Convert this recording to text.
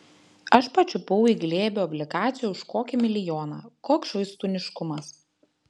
aš pačiupau į glėbį obligacijų už kokį milijoną koks švaistūniškumas